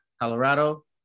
colorado